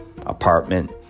apartment